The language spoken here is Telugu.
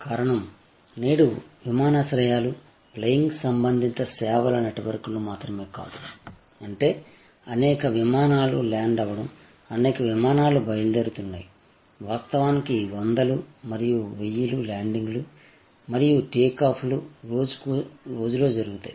కారణం నేడు విమానాశ్రయాలు ఫ్లైయింగ్ సంబంధిత సేవల నెట్వర్క్లు మాత్రమే కాదు అంటే అనేక విమానాల ల్యాండ్ అవ్వడం అనేక విమానాలు బయలుదేరుతున్నాయి వాస్తవానికి 100 లు మరియు 1000 ల్యాండింగ్లు మరియు టేకాఫ్లు రోజులో జరుగుతాయి